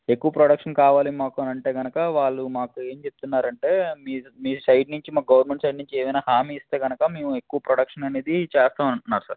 ఎక్కువ ప్రొడక్షన్ కావాలి మాకు అని అంటే కనుక వాళ్ళు మాకు ఏం చెప్తున్నారు అంటే మీ మీ సైడ్ నుంచి మాకు గవర్నమెంట్ సైడ్ నుంచి ఏమైనా హామీ ఇస్తే కనుక మేము ఎక్కువ ప్రొడక్షన్ అనేది చేస్తాము అంటున్నారు సార్